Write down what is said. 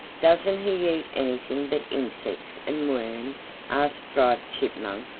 doesn't he eat anything but insects and worms? asked striped chipmunk.